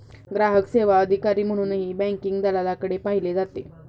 ग्राहक सेवा अधिकारी म्हणूनही बँकिंग दलालाकडे पाहिले जाते